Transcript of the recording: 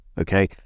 okay